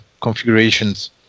configurations